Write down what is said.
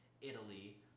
Italy